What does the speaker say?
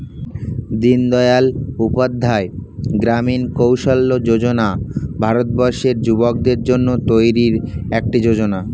দিনদয়াল উপাধ্যায় গ্রামীণ কৌশল্য যোজনা ভারতবর্ষের যুবকদের জন্য তৈরি একটি যোজনা